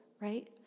right